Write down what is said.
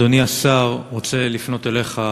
אני, אדוני השר, רוצה לפנות אליך,